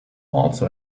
also